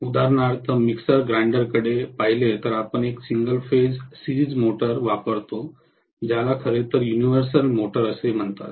उदाहरणार्थ मिक्सर ग्राइंडरकडे पाहिले तर आपण एक सिंगल फेज सिरीज मोटर वापरतो ज्याला खरे तर युनिव्हर्सल मोटर असे म्हणतात